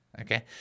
Okay